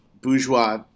bourgeois